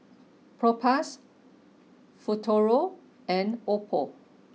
Propass Futuro and Oppo